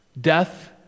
death